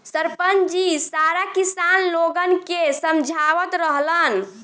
सरपंच जी सारा किसान लोगन के समझावत रहलन